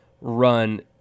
run